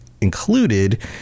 included